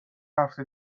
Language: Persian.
هفته